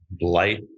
light